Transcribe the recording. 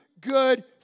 good